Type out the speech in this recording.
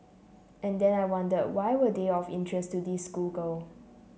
and then I wonder why were they of interest to this schoolgirl